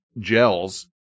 gels